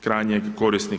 krajnjeg korisnika.